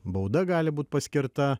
bauda gali būt paskirta